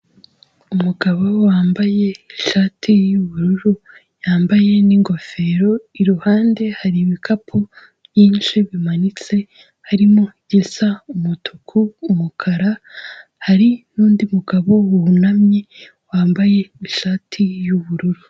Umugabo wambaye ishati y'ubururu yambaye n'ingofero, iruhande hari ibikapu byinshi bimanitse, harimo igisa umutuku, umukara, hari n'undi mugabo wunamye wambaye ishati y'ubururu.